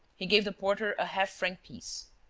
he gave the porter a half-franc piece.